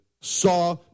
saw